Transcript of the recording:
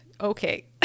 okay